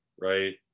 right